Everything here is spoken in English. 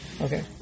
Okay